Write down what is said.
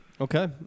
Okay